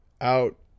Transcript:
out